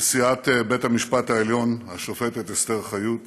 נשיאת בית המשפט העליון השופטת אסתר חיות,